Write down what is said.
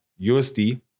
USD